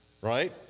Right